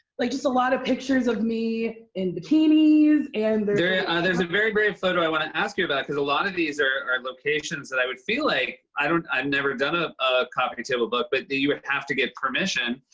like just a lot of pictures of me in bikinis, and there is ah there's a very brave photo i want to ask you about, cause a lot of these are are locations that i would feel like i don't i've never done a a coffee table book, but that you would have to get permission.